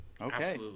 Okay